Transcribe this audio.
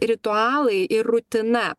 ritualai ir rutina